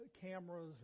cameras